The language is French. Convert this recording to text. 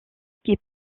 qui